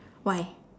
why